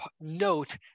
note